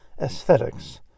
aesthetics